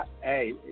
hey